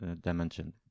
dimension